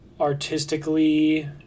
artistically